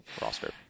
roster